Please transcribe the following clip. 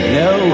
no